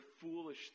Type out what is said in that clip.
foolish